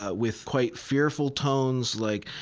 ah with quite fearful tones like,